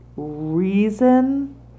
reason